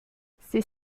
ces